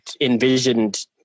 envisioned